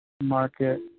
Market